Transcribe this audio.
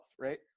right